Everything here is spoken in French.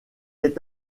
est